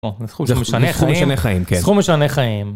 סכום משנה חיים. כן. סכום משנה חיים.